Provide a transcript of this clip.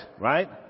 right